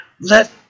Let